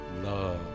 love